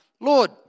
Lord